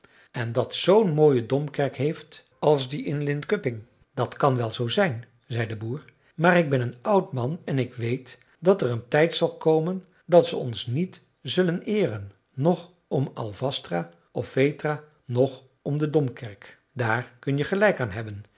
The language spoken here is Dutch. en dat zoo'n mooie domkerk heeft als die in linköping dat kan wel zoo zijn zei de boer maar ik ben een oud man en ik weet dat er een tijd zal komen dat ze ons niet zullen eeren noch om alvastra of vetra noch om de domkerk daar kun je gelijk aan hebben